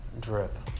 drip